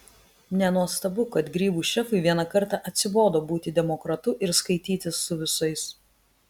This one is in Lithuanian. nenuostabu kad grybų šefui vieną kartą atsibodo būti demokratu ir skaitytis su visais